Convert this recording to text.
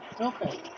Okay